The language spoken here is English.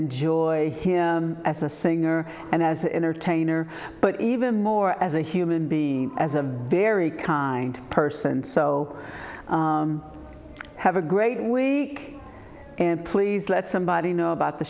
enjoy him as a singer and as an entertainer but even more as a human being as a very kind person so i have a great way and please let somebody know about the